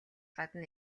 гадна